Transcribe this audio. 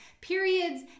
periods